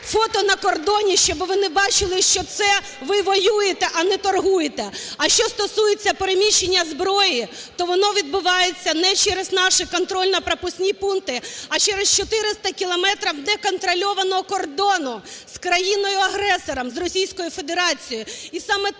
фото на кордоні, щоб вони бачили, що це ви воюєте, а не торгуєте. А що стосується переміщення зброї, то воно відбувається не через наші контрольно-пропускні пункти, а через 400 кілометрів неконтрольованого кордонну з країною-агресором – з Російською Федерацією.